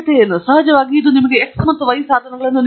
ಮತ್ತು ಸಹಜವಾಗಿ ಇದು ನಿಮಗೆ x ಮತ್ತು y ಸಾಧನಗಳನ್ನು ನೀಡುತ್ತದೆ